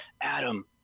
Adam